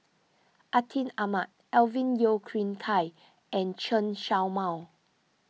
Atin Amat Alvin Yeo Khirn Hai and Chen Show Mao